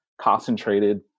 concentrated